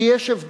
כי יש הבדל,